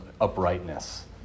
uprightness